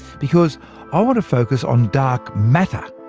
because i want to focus on dark matter,